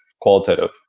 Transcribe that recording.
qualitative